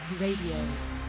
Radio